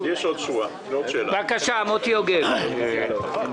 חבר